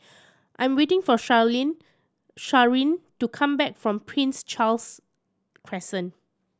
I'm waiting for Sharyn to come back from Prince Charles Crescent